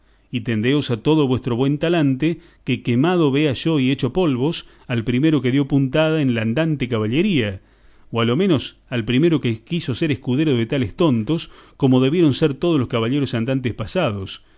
y tendeos a todo vuestro buen talante que quemado vea yo y hecho polvos al primero que dio puntada en la andante caballería o a lo menos al primero que quiso ser escudero de tales tontos como debieron ser todos los caballeros andantes pasados